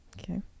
Okay